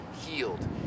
healed